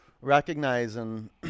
recognizing